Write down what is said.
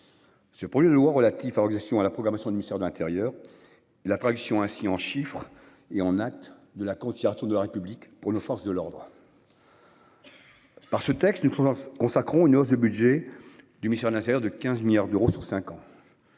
relatif à aux questions à la programmation du mystère de l'intérieur. L'attraction ainsi en chiffres et en actes de la considération de la République pour nos forces de l'ordre. Par ce texte nous consacrons une hausse du budget du mystère de l'intérieur de 15 milliards d'euros sur 5 ans.